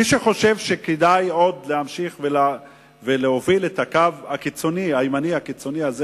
מי שחושב שכדאי להמשיך ולהוביל את הקו הימני הקיצוני הזה,